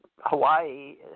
Hawaii